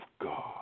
God